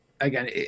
again